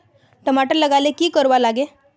टमाटर लगा ले की की कोर वा लागे?